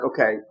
okay